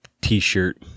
T-shirt